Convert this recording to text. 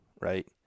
right